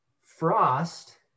Frost